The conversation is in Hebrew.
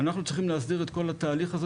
אנחנו צריכים להסדיר את כל התהליך הזה